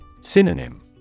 Synonym